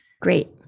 great